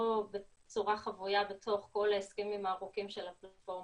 בצורה חבויה בתוך כל ההסכמים הארוכים של הפלטפורמות.